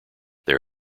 there